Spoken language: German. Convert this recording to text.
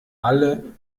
alle